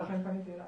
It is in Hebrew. לכן פניתי אלייך.